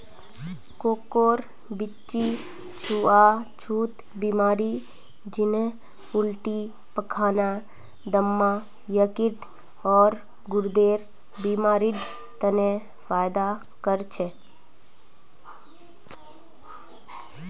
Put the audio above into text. कोकोर बीच्ची छुआ छुत बीमारी जन्हे उल्टी पैखाना, दम्मा, यकृत, आर गुर्देर बीमारिड तने फयदा कर छे